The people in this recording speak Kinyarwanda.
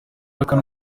bashaka